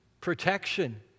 protection